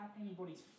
anybody's